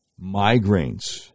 migraines